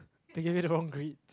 do you get the wrong grade